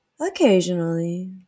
occasionally